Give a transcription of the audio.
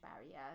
barrier